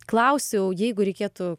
klausiau jeigu reikėtų